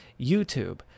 YouTube